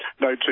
no